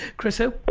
chris who?